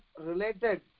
related